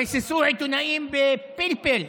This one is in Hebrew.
ריססו עיתונאים בפלפל.